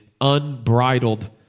unbridled